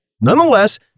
Nonetheless